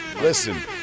Listen